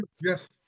Yes